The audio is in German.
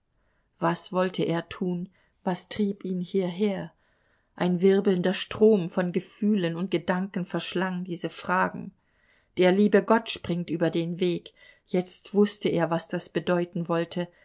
was wollte er tun was trieb ihn hierher ein wirbelnder strom von gefühlen und gedanken verschlang diese fragen der liebe gott springt über den weg jetzt wußte er was das bedeuten wollte